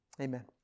amen